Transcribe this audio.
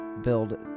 build